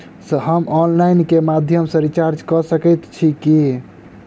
हम ऑनलाइन केँ माध्यम सँ रिचार्ज कऽ सकैत छी की?